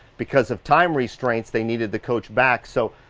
because of time restraints they needed the coach back, so,